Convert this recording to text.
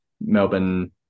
Melbourne